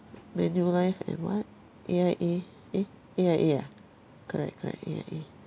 Manulife and what A_I_A eh A_I_A ah correct correct A_I_A